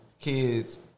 Kids